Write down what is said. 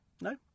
No